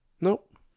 Nope